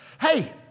Hey